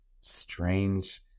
strange